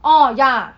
orh ya